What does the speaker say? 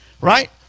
right